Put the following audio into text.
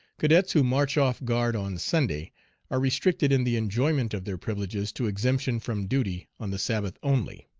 cadets who march off guard on sunday are restricted in the enjoyment of their privileges to exemption from duty on the sabbath only.